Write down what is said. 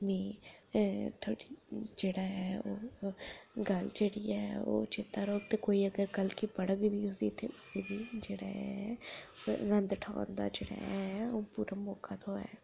में थोह्ड़ी जेह्ड़ा ऐ ओह् गल्ल जेह्ड़ी ऐ ओह् चेता रौह्ग ते कोई अगर गल्ल गी पढ़ग बी उसी जेह्ड़ा ऐ आनंद ठुआंदा ऐ जेह्ड़ा ऐ पूरा मौका थ्होए